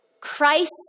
Christ